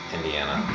Indiana